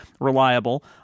reliable